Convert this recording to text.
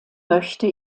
möchte